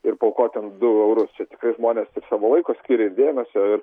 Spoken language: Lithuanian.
ir paaukot ten du eurus kai žmonės tiek savo laiko skiria ir dėmesio ir